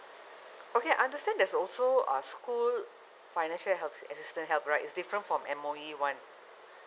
okay I understand there's also uh school financial help assistance help right it's different from M_O_E one